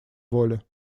воля